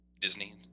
Disney